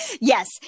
Yes